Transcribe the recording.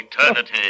eternity